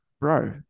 Bro